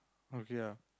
okay lah